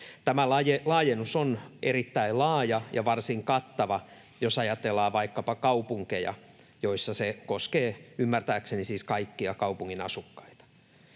Tämä laajennus on erittäin laaja ja varsin kattava, jos ajatellaan vaikkapa kaupunkeja, joissa se koskee ymmärtääkseni siis kaikkia kaupungin asukkaita.